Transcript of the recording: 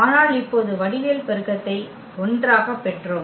ஆனால் இப்போது வடிவியல் பெருக்கத்தை 1 ஆகப் பெற்றோம்